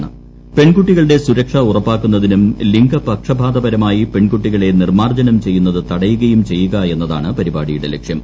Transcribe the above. പെൺകുട്ടികളുടെ സുരക്ഷ ഉറപ്പാക്കുന്നതിനും ലിംഗപക്ഷപാതപരമായി പെൺകുട്ടികളെ നിർമ്മാർജ്ജനം ചെയ്യുന്നത് തടയുകയും ചെയ്യുക എന്നതാണ് പരിപാടിയുടെ ലക്ഷ്യം